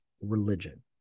religion